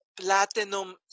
platinum